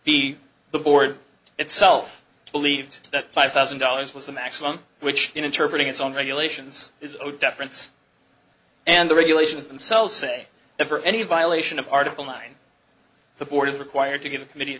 be the board itself believed that five thousand dollars was the maximum which in interpreting its own regulations is zero deference and the regulations themselves say that for any violation of article nine the board is required to give a committee a